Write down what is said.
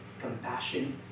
compassion